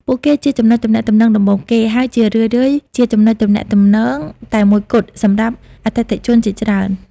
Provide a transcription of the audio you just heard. ពួកគេជាចំណុចទំនាក់ទំនងដំបូងគេ ហើយជារឿយៗជាចំណុចទំនាក់ទំនងតែមួយគត់សម្រាប់អតិថិជនជាច្រើន។